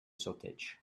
sorteig